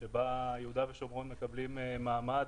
שבה יהודה ושומרון מקבלים מעמד,